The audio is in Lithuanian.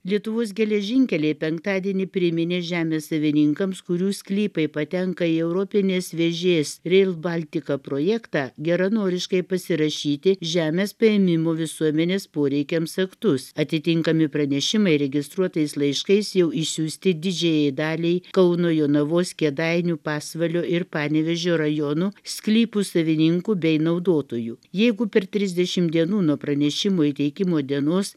lietuvos geležinkeliai penktadienį priminė žemės savininkams kurių sklypai patenka į europinės vėžės ria baltica projektą geranoriškai pasirašyti žemės paėmimo visuomenės poreikiams aktus atitinkami pranešimai registruotais laiškais jau išsiųsti didžiajai daliai kauno jonavos kėdainių pasvalio ir panevėžio rajonų sklypų savininkų bei naudotojų jeigu per trisdešimt dienų nuo pranešimo įteikimo dienos